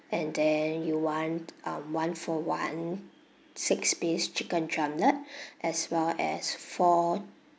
and then you want um one for one six piece chicken drumlet as well as four